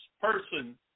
person